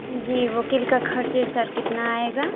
जी वकील का खर्च सर कितना आएगा